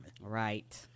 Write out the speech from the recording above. Right